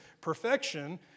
perfection